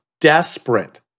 desperate